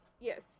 Yes